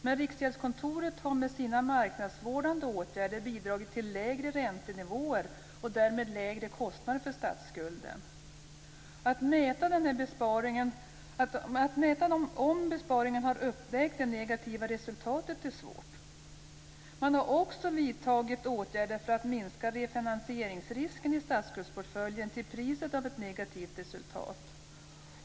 Men Riksgäldskontoret har med sina marknadsvårdande åtgärder bidragit till lägre räntenivåer och därmed lägre kostnader för statsskulden. Att mäta om besparingarna har uppvägt det negativa resultatet är svårt. Man har också vidtagit åtgärder för att minska finansieringsrisken i statsskuldsportföljen till priset av ett negativt resultat.